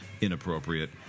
inappropriate